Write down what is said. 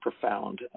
profound